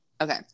okay